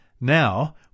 Now